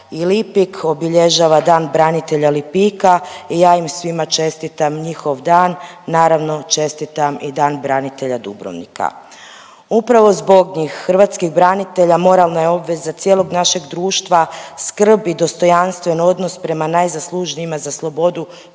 Lipik obilježava Dan branitelja Lipika i ja im svima čestitam njihov dan. Naravno čestitam i Dan branitelja Dubrovnika. Upravo zbog njih hrvatskih branitelja moralna je obveza cijelog našeg društva skrb i dostojanstven odnos prema najzaslužnijima za slobodu